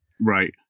Right